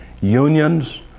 unions